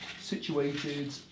situated